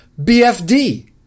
BFD